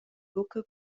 buca